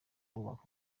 bubaka